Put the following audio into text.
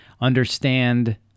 understand